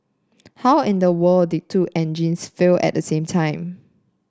how in the world did two engines fail at the same time